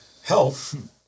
health